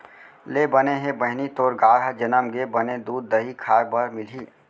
ले बने हे बहिनी तोर गाय ह जनम गे, बने दूद, दही खाय बर मिलही